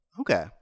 Okay